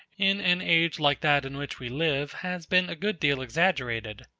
in an age like that in which we live, has been a good deal exaggerated.